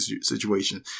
situation